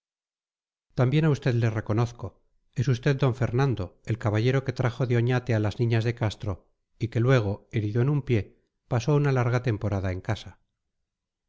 también a usted le reconozco es usted d fernando el caballero que trajo de oñate a las niñas de castro y que luego herido en un pie pasó una larga temporada en casa